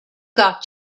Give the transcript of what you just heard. got